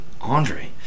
Andre